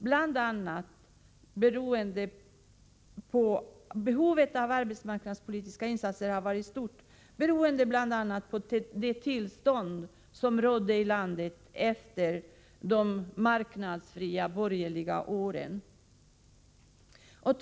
Behovet av arbetsmarknadspolitiska insatser har varit stort beroende bl.a. på det tillstånd som rådde i landet efter de borgerliga regeringsåren med fria marknadskrafter.